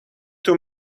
too